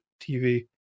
TV